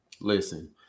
Listen